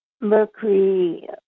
Mercury